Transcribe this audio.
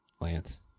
lance